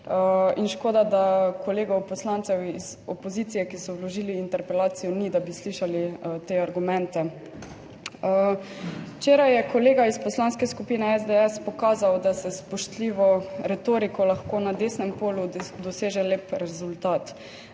in škoda, da kolegov poslancev iz opozicije, ki so vložili interpelacijo, ni, da bi slišali te argumente. Včeraj je kolega iz Poslanske skupine SDS pokazal, da se s spoštljivo retoriko lahko na desnem polu doseže lep rezultat.